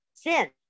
sin